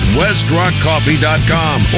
westrockcoffee.com